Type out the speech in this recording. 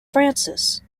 frances